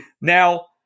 Now